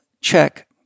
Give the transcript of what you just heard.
CHECK